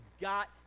got